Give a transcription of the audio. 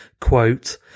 quote